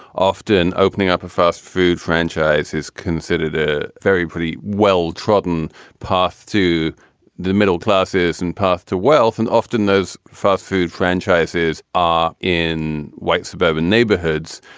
often opening up a fast food franchise is considered a very pretty well trodden path to the middle classes and path to wealth. and often those fast-food franchises are in white suburban neighborhoods.